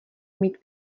mít